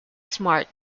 smart